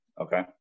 Okay